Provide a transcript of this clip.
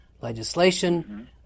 legislation